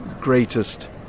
Greatest